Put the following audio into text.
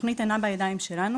התוכנית הזו אינה בידיים שלנו,